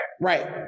Right